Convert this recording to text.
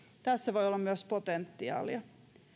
tässä voi olla myös potentiaalia